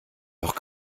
doch